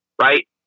right